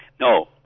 No